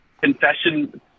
confession